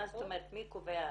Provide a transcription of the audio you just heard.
מה זאת אומרת, מי קובע?